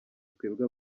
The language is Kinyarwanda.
twebwe